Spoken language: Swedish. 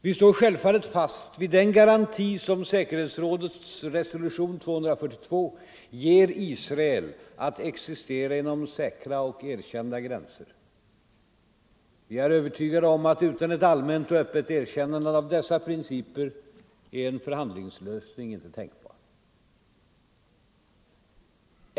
Vi står självfallet fast vid den garanti som säkerhetsrådets resolution 242 ger Israel att existera inom säkra och erkända gränser. Vi är övertygade om att utan ett allmänt och öppet erkännande av dessa principer är en förhandlingslösning inte tänkbar.